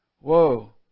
Whoa